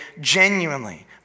genuinely